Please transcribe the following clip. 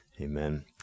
Amen